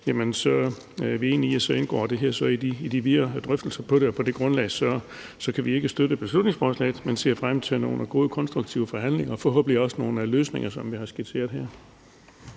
er vi enige i, at det her indgår i de videre drøftelser om det, og på det grundlag kan vi ikke støtte beslutningsforslaget. Men vi ser frem til nogle gode konstruktive forhandlinger og forhåbentlig også nogle løsninger, som vi har skitseret her.